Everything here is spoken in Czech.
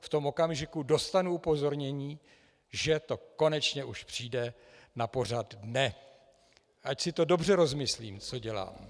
V tom okamžiku dostanu upozornění, že to konečně už přijde na pořad dne, ať si to dobře rozmyslím, co dělám.